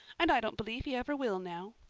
and i don't believe he ever will now.